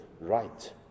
right